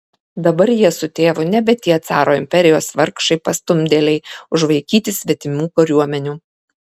dabar jie su tėvu nebe tie caro imperijos vargšai pastumdėliai užvaikyti svetimų kariuomenių